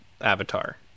avatar